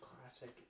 classic